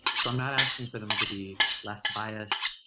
so i'm not asking for them to be less biased,